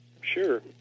Sure